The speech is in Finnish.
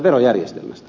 hienoa